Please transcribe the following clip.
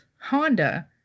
Honda